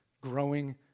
growing